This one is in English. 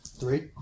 Three